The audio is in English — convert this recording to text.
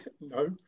No